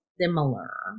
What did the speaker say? similar